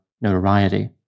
notoriety